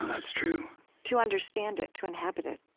that's true to understand it, to inhabit it